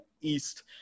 east